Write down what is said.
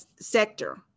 sector